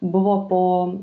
buvo po